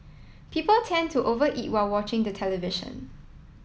people tend to over eat while watching the television